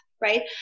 right